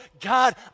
God